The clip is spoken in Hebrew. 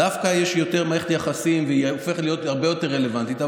דווקא יש יותר מערכת יחסים והיא הופכת להיות הרבה יותר רלוונטית.